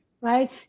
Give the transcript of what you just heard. Right